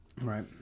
right